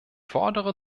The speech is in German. fordere